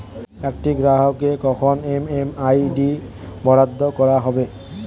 একটি গ্রাহককে কখন এম.এম.আই.ডি বরাদ্দ করা হবে?